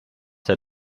der